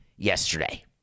yesterday